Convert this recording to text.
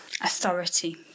authority